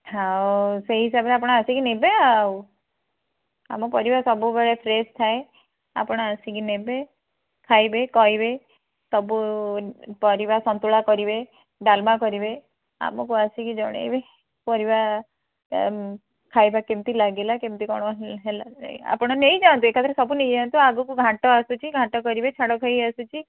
ସେଇ ହିସାବରେ ଆପଣ ଆସିକି ନେବେ ଆଉ ଆମ ପାରିବା ସବୁବେଳେ ଫ୍ରେଶ୍ ଥାଏ ଆପଣ ଆସିକି ନେବେ ଖାଇବେ କହିବେ ସବୁ ପରିବା ସନ୍ତୁଳା କରିବେ ଡାଲମା କରିବେ ଆମକୁ ଆସିକି ଜଣାଇବେ ପରିବା ଖାଇବା କେମିତି ଲାଗିଲା କେମିତି କ'ଣ ହେଲା ଆପଣ ନେଇଯାଆନ୍ତୁ ଏକାଥରେ ସବୁ ନେଇଯାଆନ୍ତୁ ଆଗକୁ ଘାଣ୍ଟ ଆସୁଛି ଘାଣ୍ଟ କରିବେ ଛାଡ଼ଖାଇ ଆସୁଛି